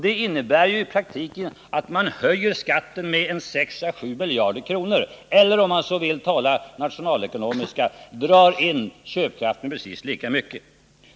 Det innebär i praktiken att man höjer skatten med 6 å 7 miljarder kronor eller, om man vill tala nationalekonomiskt, drar in köpkraften med precis lika mycket.